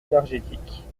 énergétique